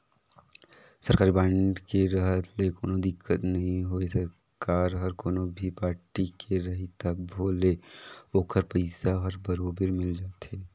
सरकारी बांड के रहत ले कोनो दिक्कत नई होवे सरकार हर कोनो भी पारटी के रही तभो ले ओखर पइसा हर बरोबर मिल जाथे